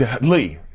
Lee